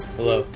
Hello